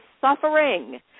suffering